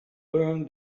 learn